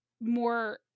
more